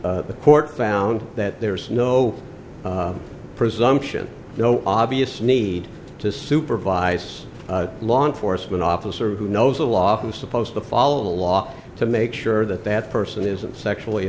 a court found that there is no presumption no obvious need to supervise law enforcement officer who knows the law i'm supposed to follow the law to make sure that that person isn't sexually